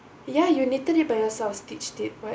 ya you knitted it by yourself stitched it what